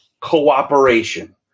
cooperation